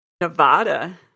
Nevada